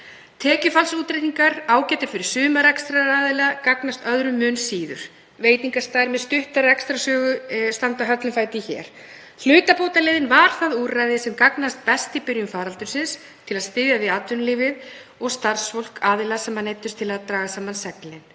Tekjufallsútreikningar eru ágætir fyrir suma rekstraraðila en gagnast öðrum mun síður. Veitingastaðir með stutta rekstrarsögu standa höllum fæti. Hlutabótaleiðin var það úrræði sem gagnaðist best í byrjun faraldursins til að styðja við atvinnulífið og starfsfólk aðila sem neyddust til að draga saman seglin.